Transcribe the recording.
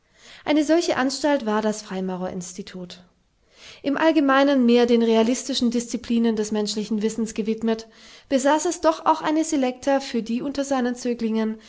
eine solche anstalt war das freimaurerinstitut im allgemeinen mehr den realistischen disziplinen des menschlichen wissens gewidmet besaß es doch auch eine selekta für die unter seinen zöglingen